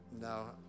No